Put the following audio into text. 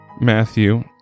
Matthew